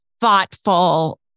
thoughtful